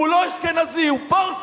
הוא לא אשכנזי, הוא פרסי.